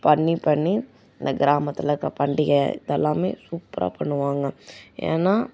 பண்ணி பண்ணி அந்த கிராமத்தில் இப்போ பண்டிகை இதெல்லாமே சூப்பராக பண்ணுவாங்க ஏன்னால்